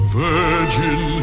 virgin